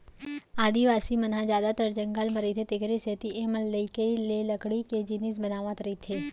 आदिवासी मन ह जादातर जंगल म रहिथे तेखरे सेती एमनलइकई ले लकड़ी के जिनिस बनावत रइथें